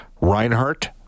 Reinhardt